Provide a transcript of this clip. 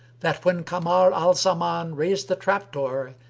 that when kamar al-zaman raised the trap-door,